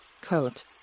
coat